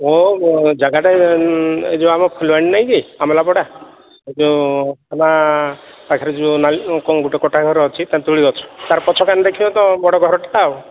ମୋ ଜାଗାଟା ଏଇ ଯେଉଁ ଆମ ଫୁଲବାଣୀ ନାହିଁ କି ଆମଲାପଡ଼ା ଏ ଯେଉଁ ଥାନା ପାଖରେ ଯେଉଁ ନାଲି କ'ଣ ଗୋଟେ କଟା ଘର ଅଛି ତେନ୍ତୁଳି ଗଛ ତା'ର ପଛ କାନେ ଦେଖିବ ତ ବଡ଼ ଘରଟା ଆଉ